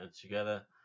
together